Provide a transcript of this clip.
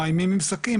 מאיימים עם סכין,